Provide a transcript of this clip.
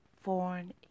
foreign